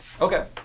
Okay